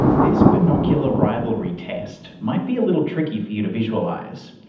this binocular rivalry test might be a little tricky for you to visualise,